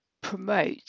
promote